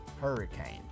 Hurricane